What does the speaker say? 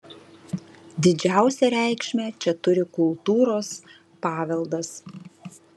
didžiausią reikšmę čia turi kultūros paveldas